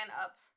up